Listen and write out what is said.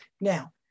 Now